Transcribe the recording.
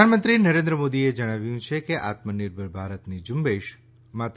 પ્રધાનમંત્રી નરેન્દ્ર મોદીએ જણાવ્યું છે કે આત્મનિર્ભર ભારતની ઝુંબેશ માત્ર